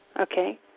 Okay